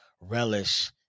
relish